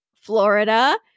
Florida